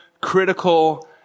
critical